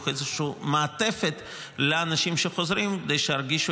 איזו מעטפת לאנשים שחוזרים כדי שירגישו